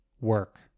work